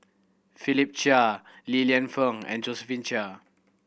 Philip Chia Li Lienfung and Josephine Chia